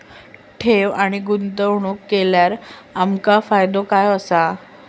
ठेव आणि गुंतवणूक केल्यार आमका फायदो काय आसा?